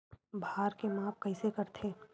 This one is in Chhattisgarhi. भार के माप कइसे करथे?